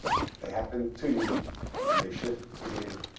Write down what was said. they happen to you and they shift behavior.